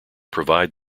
provide